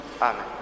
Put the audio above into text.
Amen